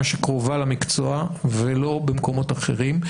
שיותר קרובה למקצוע ולא במקומות אחרים.